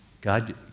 God